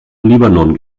libanon